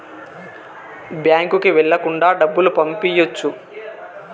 బ్యాంకుకి వెళ్ళకుండా డబ్బులు పంపియ్యొచ్చు